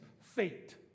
fate